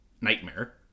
nightmare